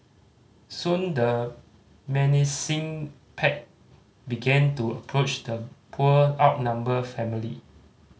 soon the menacing pack began to approach the poor outnumbered family